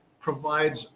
provides